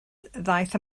ddaeth